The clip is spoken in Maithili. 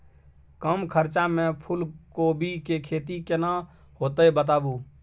कम खर्चा में फूलकोबी के खेती केना होते बताबू?